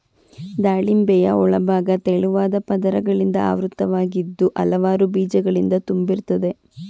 ದಾಳಿಂಬೆಯ ಒಳಭಾಗ ತೆಳುವಾದ ಪದರಗಳಿಂದ ಆವೃತವಾಗಿದ್ದು ಹಲವಾರು ಬೀಜಗಳಿಂದ ತುಂಬಿರ್ತದೆ